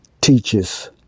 teaches